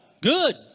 Good